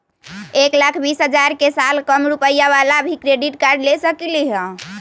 एक लाख बीस हजार के साल कम रुपयावाला भी क्रेडिट कार्ड ले सकली ह?